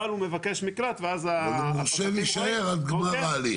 אבל הוא מבקש מקלט ואז --- אבל הוא מורשה להישאר עד גמר ההליך.